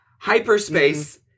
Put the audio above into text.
hyperspace